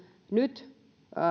nyt